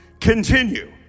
Continue